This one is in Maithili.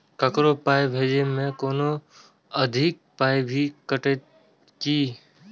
ककरो पाय भेजै मे कोनो अधिक पाय भी कटतै की?